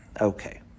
okay